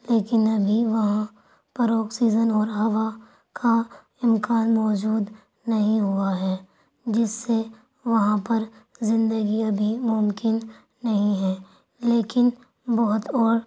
لیکن ابھی وہاں پر آکسیزن اور ہوا کا امکان موجود نہیں ہوا ہے جس سے وہاں پر زندگی ابھی ممکن نہیں ہے لیکن بہت اور